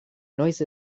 noiz